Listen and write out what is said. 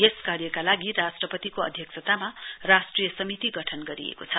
यस कार्यका लागि राष्ट्रपतिको अध्यक्षतामा राष्ट्रिय समिति गठन गरिएको छ